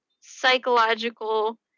psychological